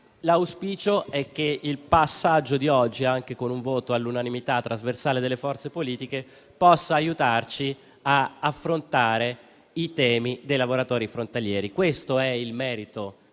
L'auspicio è che il passaggio di oggi, anche con un voto all'unanimità trasversale delle forze politiche, possa aiutarci a affrontare i temi dei lavoratori frontalieri. Questo è il merito